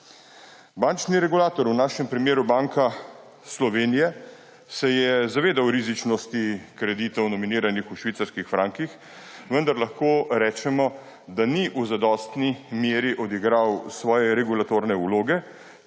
Bančni regulator, v našem primeru Banka Slovenije, se je zavedal rizičnosti kreditov, nominiranih v švicarskih frankih, vendar lahko rečemo, da ni v zadostni meri odigral svoje regulatorne vloge,